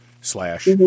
slash